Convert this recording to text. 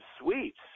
sweets